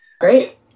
Great